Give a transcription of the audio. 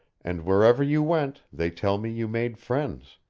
and wherever you went they tell me you made friends.